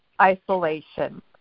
isolation